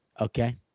Okay